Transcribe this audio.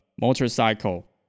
motorcycle